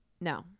No